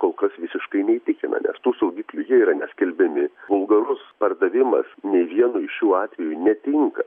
kol kas visiškai neįtikina nes tų saugiklių jie yra neskelbiami vulgarus pardavimas nei vienu iš šių atvejų netinka